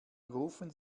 rufen